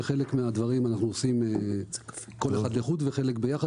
וחלק מהדברים אנחנו עושים כל אחד לחוד וחלק יחד,